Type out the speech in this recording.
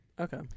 Okay